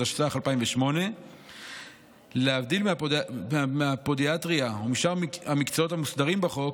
התשס"ח 2008. להבדיל מהפודיאטריה ומשאר המקצועות המוסדרים בחוק,